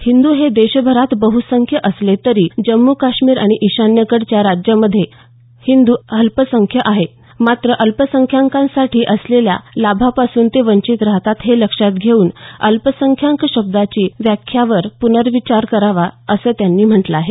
हिंद हे देशात जरी बहसंख्य असले तरी जम्मू काश्मीर आणि इशान्येकडच्या राज्यांमध्ये हिंदू अल्पसंख्य आहेत मात्र अल्पसंख्याकांसाठी असलेल्या लाभांपासून ते वंचित राहतात हे लक्षात घेऊन अल्पसंख्याक शब्दाच्या व्याख्येवर पुनर्विचार करावा असं त्यांनी म्हटलं आहे